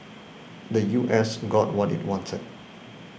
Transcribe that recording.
the U S got what it wanted